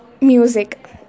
music